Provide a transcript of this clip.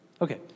Okay